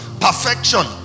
perfection